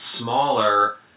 smaller